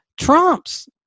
Trump's